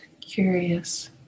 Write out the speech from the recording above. curious